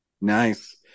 Nice